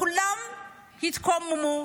כולם התקוממו,